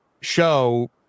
show